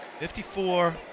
54